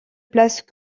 place